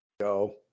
Go